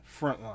frontline